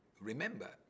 Remember